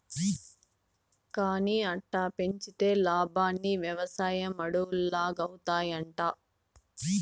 కానీ అట్టా పెంచితే లాబ్మని, వెవసాయం అడవుల్లాగౌతాయంట